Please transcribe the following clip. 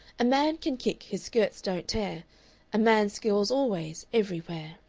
a man can kick, his skirts don't tear a man scores always, everywhere.